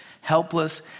helpless